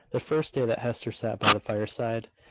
the first day that hester sat by the fireside,